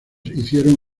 hicieron